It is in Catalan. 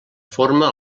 forma